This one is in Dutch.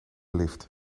lift